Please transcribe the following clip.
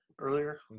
earlier